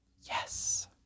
Yes